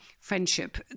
friendship